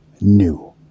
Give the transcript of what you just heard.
new